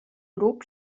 grup